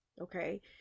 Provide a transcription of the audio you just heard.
Okay